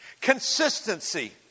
consistency